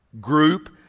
group